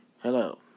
Hello